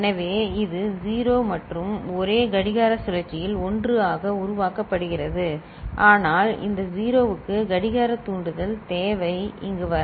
எனவே இது 0 மற்றும் ஒரே கடிகார சுழற்சியில் 1 ஆக உருவாக்கப்படுகிறது ஆனால் இந்த 0 க்கு கடிகார தூண்டுதல் தேவை இங்கு வர